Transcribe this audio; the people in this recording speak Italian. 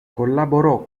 collaborò